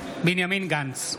בנימין גנץ,